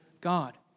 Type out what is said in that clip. God